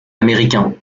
américain